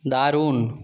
দারুণ